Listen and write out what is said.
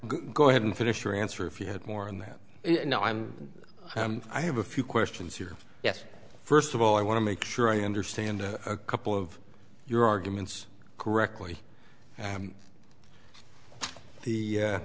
go ahead and finish your answer if you had more than that you know i'm i'm i have a few questions here yes first of all i want to make sure i understand a couple of your arguments correctly the